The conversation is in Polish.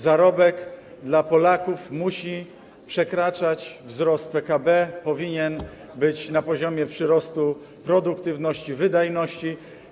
Zarobek dla Polaków musi przekraczać wzrost PKB, powinien być na poziomie przyrostu produktywności, wydajności.